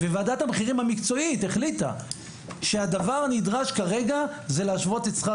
וועדת המחירים המקצועית החליטה שהדבר הנדרש כרגע זה להשוות את שכר